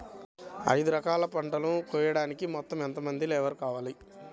ఐదు ఎకరాల పంటను కోయడానికి యెంత మంది లేబరు కావాలి?